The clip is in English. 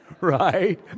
Right